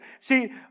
See